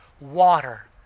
water